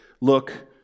look